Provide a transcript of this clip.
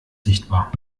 sichtbar